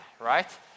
right